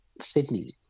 Sydney